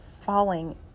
falling